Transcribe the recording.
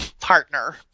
partner